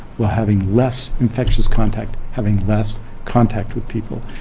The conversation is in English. while having less infection contact, having less contact with people.